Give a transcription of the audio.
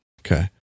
okay